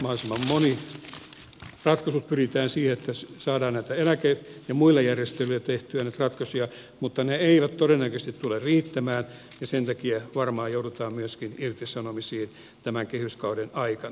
mahdollisimman monessa ratkaisussa pyritään siihen että saadaan eläke ja muilla järjestelyillä tehtyä näitä ratkaisuja mutta ne eivät todennäköisesti tule riittämään ja sen takia varmaan joudutaan myöskin irtisanomisiin tämän kehyskauden aikana